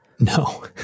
no